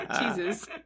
Jesus